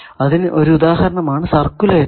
അതിനു ഒരു ഉദാഹരണമാണ് സർക്കുലേറ്റർ